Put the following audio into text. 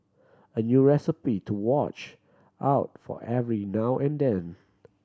a new recipe to watch out for every now and then